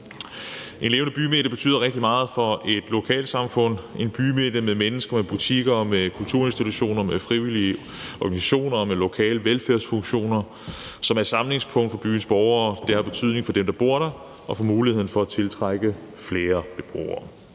En levende bymidte betyder rigtig meget for et lokalsamfund – en bymidte med mennesker, med butikker og med kulturinstitutioner, med frivillige organisationer og med lokale velfærdsfunktioner, som er samlingspunkt for byens borgere. Det har betydning for dem, der bor der, og for muligheden for at tiltrække flere beboere.